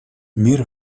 мир